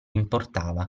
importava